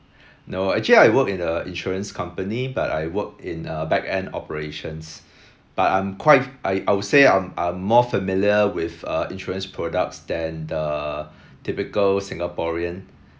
no actually I work in a insurance company but I work in uh back-end operations but I'm quite I I will say I'm I'm more familiar with uh insurance products than the typical singaporean